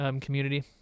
community